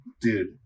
Dude